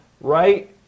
right